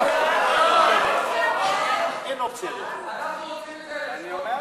אנחנו רוצים את זה אלקטרונית.